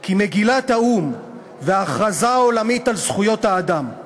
כי מגילת האו"ם, וההכרזה העולמית על זכויות האדם,